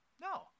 No